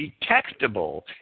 detectable